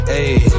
ayy